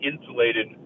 insulated